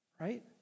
right